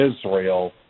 Israel